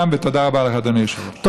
ותודה רבה לך, אדוני היושב-ראש.